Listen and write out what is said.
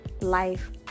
Life